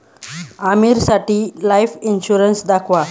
आमीरसाठी life insurance दाखवा